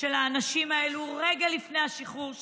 של האנשים האלה רגע לפני השחרור שלהם.